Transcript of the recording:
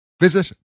Visit